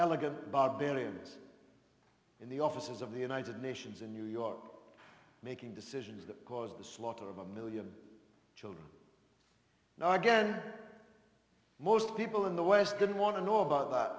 elegant barbarians in the offices of the united nations in new york making decisions that caused the slaughter of a million children now again most people in the west didn't want to know about that